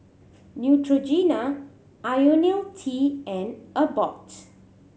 Neutrogena Ionil T and Abbott